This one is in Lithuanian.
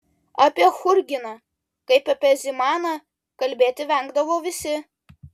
apie churginą kaip apie zimaną kalbėti vengdavo visi